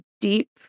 deep